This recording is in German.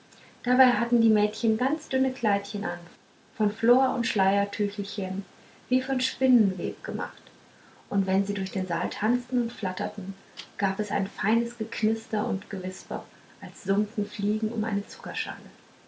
dabei hatten die mädchen ganz dünne kleidchen an von flor und schleiertüchelchen wie von spinnenweb gemacht und wenn sie durch den saal tanzten und flatterten gab es ein feines geknister und gewisper als summten fliegen um eine